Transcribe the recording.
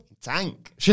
tank